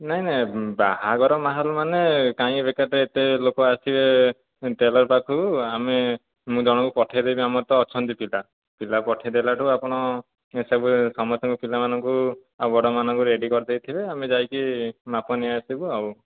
ନାହିଁ ନାହିଁ ବାହାଘର ମାହୋଲ ମାନେ କାଇଁ ବେକାରଟାରେ ଏତେ ଲୋକ ଆସିବେ ଟେଲର ପାଖକୁ ଆମେ ମୁଁ ଜଣକୁ ପଠାଇଦେବି ଆମର ତ ଅଛନ୍ତିପିଲା ପିଲା ପଠାଇଦେଲାଠୁ ଆପଣ ଏସବୁ ସମସ୍ତଙ୍କ ପିଲାମାନଙ୍କୁ ଆଉ ବଡ଼ ମାନଙ୍କୁ ରେଡ଼ି କରି ଦେଇଥିବେ ଆମେ ଯାଇକି ମାପ ନେଇଆସିବୁ ଆଉ